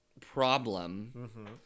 problem